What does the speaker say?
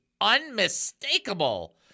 unmistakable